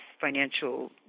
financial